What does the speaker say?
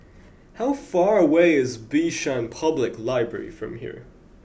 how far away is Bishan Public Library from here